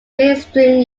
mainstream